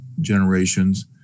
generations